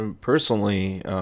personally